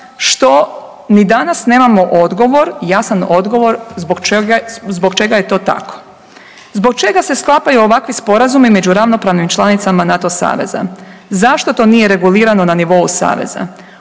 što ni danas nemamo odgovor, jasan odgovor zbog čega je to tako. Zbog čega se sklapaju ovakvi sporazumi među ravnopravnih članicama NATO saveza? Zašto to nije regulirano na nivou Saveza?